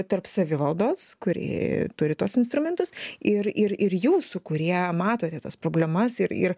tarp savivaldos kuri turi tuos instrumentus ir ir ir jūsų kurie matote tas problemas ir ir